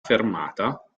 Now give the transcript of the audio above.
fermata